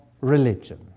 religion